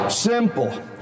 Simple